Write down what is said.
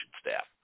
staff